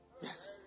Yes